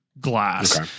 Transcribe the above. glass